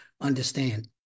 understand